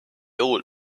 old